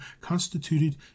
constituted